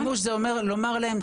לעשות בהם שימוש זה לומר להם,